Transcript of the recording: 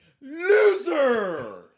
Loser